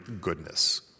goodness